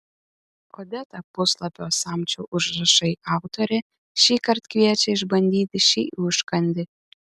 odeta puslapio samčio užrašai autorė šįkart kviečia išbandyti šį užkandį